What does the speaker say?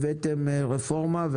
הבאתם רפורמה.